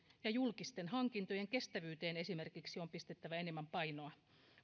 ja esimerkiksi julkisten hankintojen kestävyyteen on pistettävä enemmän painoa